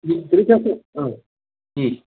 त्रिसहस्र हा